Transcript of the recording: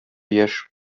яшь